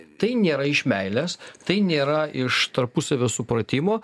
tai nėra iš meilės tai nėra iš tarpusavio supratimo